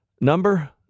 number